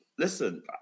Listen